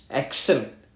excellent